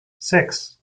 six